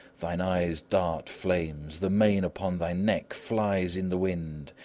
thine eyes dart flames, the mane upon thy neck flies in the wind,